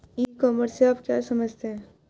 ई commerce से आप क्या समझते हैं?